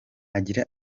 agira